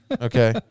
okay